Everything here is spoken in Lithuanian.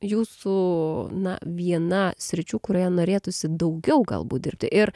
jūsų na viena sričių kurioje norėtųsi daugiau galbūt dirbti ir